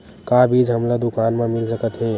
का बीज हमला दुकान म मिल सकत हे?